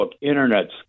Internet